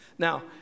Now